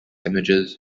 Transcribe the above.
images